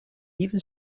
even